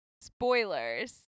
Spoilers